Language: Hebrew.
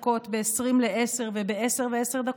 ב-21:10, ב-21:40 וב-22:10.